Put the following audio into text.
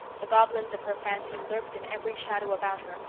the goblins of her fancy lurked in every shadow about her,